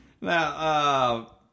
now